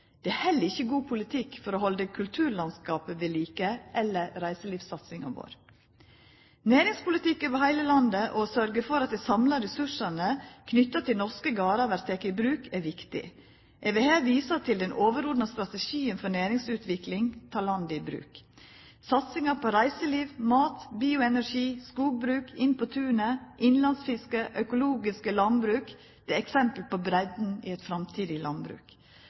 Det er heller ikkje god politikk for å halda kulturlandskapet ved like eller for reiselivssatsinga vår. Næringspolitikk over heile landet og å sørgja for at dei samla ressursane knytte til norske gardar vert tekne i bruk, er viktig. Eg vil her visa til den overordna strategien for næringsutvikling, Ta landet i bruk!, satsinga på reiseliv, mat, bioenergi, skogbruk, Inn på tunet, innlandsfiske og økologisk landbruk. Det er eksempel på breidda i eit framtidig landbruk.